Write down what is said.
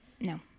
No